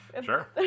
sure